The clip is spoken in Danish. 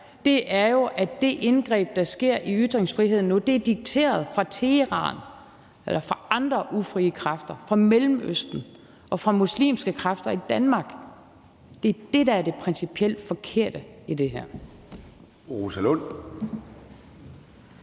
her, er jo, at det indgreb, der sker i ytringsfriheden nu, er dikteret fra Teheran eller af andre ufrie kræfter i Mellemøsten eller af muslimske kræfter i Danmark. Det er det, der er det principielt forkerte i det her. Kl.